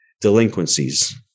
delinquencies